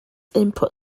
input